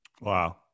wow